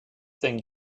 denn